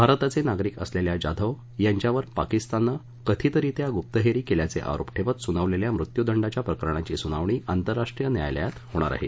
भारताचे नागरिक असलेल्या जाधव यांच्यावर पाकिस्ताननं कथितरित्या गुप्पहेरी केल्याचे आरोप ठेवत सुनावलेल्या मृत्यूदंडाच्या प्रकरणाची सुनावणी आंतरराष्ट्रीय न्यायालयात होणार आहे